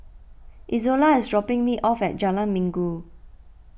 Izola is dropping me off at Jalan Minggu